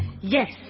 Yes